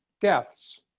deaths